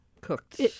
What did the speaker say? cooked